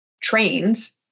trains